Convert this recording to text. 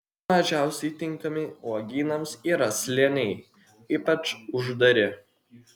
mažiausiai tinkami uogynams yra slėniai ypač uždari